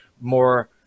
more